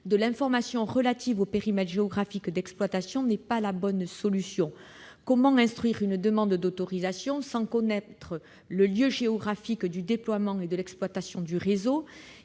de l'information relative au périmètre géographique d'exploitation n'est pas la bonne solution. En effet, comment instruire une demande d'autorisation sans connaître le lieu géographique du déploiement et de l'exploitation du réseau ?